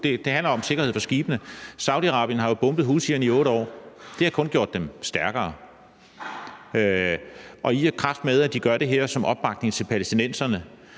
om, handler om sikkerhed for skibene. Saudi-Arabien har jo bombet houthierne i 8 år, og det har kun gjort dem stærkere. I og med at de gør det her som opbakning til palæstinenserne,